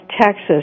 Texas